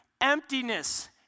emptiness